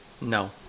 No